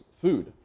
food